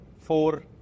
four